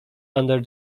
under